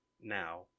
Now